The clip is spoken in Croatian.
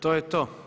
To je to.